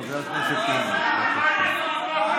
חבר הכנסת קארה, תודה.